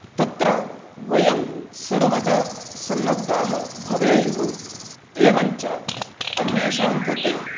तत्र वयं सर्वदा सन्नद्धाः भवेयुः एवं च अन्येषां कृते